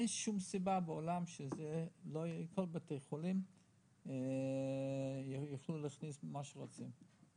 אין שום סיבה בעולם שבכל בתי החולים לא יוכלו להכניס את מה שהם רוצים.